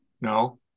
No